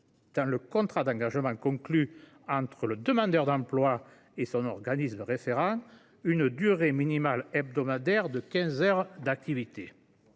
dans le contrat d’engagement conclu entre le demandeur d’emploi et son organisme référent une durée minimale hebdomadaire de quinze heures d’activité.